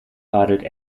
radelte